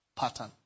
pattern